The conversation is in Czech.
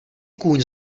kůň